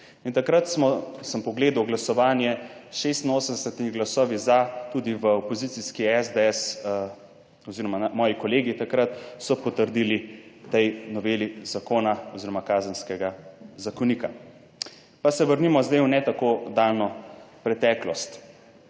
takrat sem pogledal glasovanje s 86 glasovi za tudi v opozicijski SDS oziroma moji kolegi takrat so potrdili tej noveli zakona oziroma Kazenskega zakonika. Pa se vrnimo sedaj v ne tako daljno preteklost.